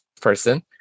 person